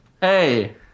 Hey